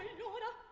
know what i